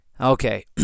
Okay